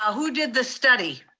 who did the study?